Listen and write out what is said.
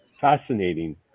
fascinating